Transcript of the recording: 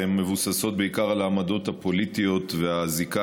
והן מבוססות בעיקר על העמדות הפוליטיות והזיקה